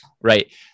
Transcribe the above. right